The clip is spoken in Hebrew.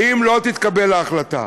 ואם לא תתקבל ההחלטה,